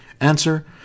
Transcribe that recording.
Answer